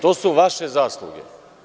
To su vaše zasluge.